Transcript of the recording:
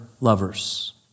lovers